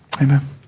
amen